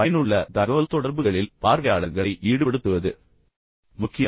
பயனுள்ள தகவல்தொடர்புகளில் உங்கள் பார்வையாளர்களை ஈடுபடுத்துவது முக்கியம்